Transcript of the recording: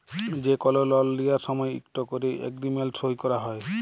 যে কল লল লিয়ার সময় ইকট ক্যরে এগ্রিমেল্ট সই ক্যরা হ্যয়